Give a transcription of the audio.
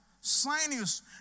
Sinus